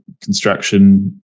construction